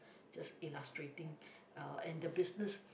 just illustrating uh and the business